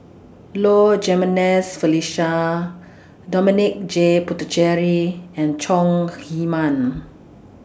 Low Jimenez Felicia Dominic J Puthucheary and Chong Heman